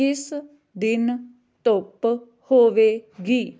ਕਿਸ ਦਿਨ ਧੁੱਪ ਹੋਵੇਗੀ